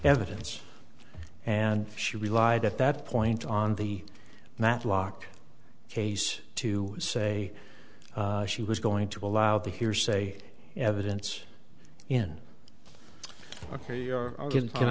evidence and she relied at that point on the matlock case to say she was going to allow the hearsay evidence in ok can